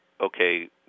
okay